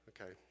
Okay